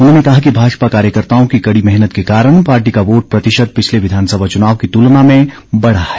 उन्होंने कहा कि भाजपा कार्यकर्ताओं की कड़ी मेहनत के कॉरण पार्टी का वोट प्रतिशत पिछले विधानसभा चुनाव की तुलना में बढ़ा है